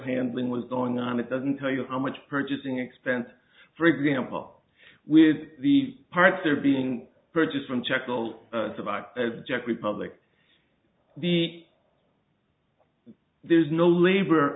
handling was going on it doesn't tell you how much purchasing expense for example with the parts that are being purchased from chapel survived as jack republic the there's no labor